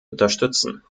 unterstützen